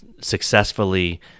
successfully